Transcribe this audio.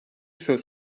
söz